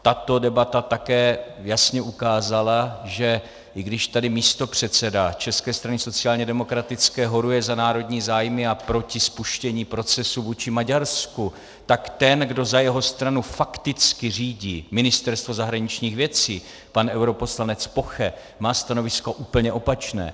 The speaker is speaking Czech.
Tato debata také jasně ukázala, že i když tady místopředseda České strany sociálně demokratické horuje za národní zájmy a proti spuštění procesu vůči Maďarsku, tak ten, kdo za jeho stranu fakticky řídí Ministerstvo zahraničních věcí, pan europoslanec Poche, má stanovisko úplně opačné.